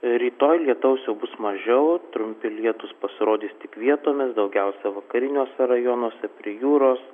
rytoj lietaus jau bus mažiau trumpi lietūs pasirodys tik vietomis daugiausia vakariniuose rajonuose prie jūros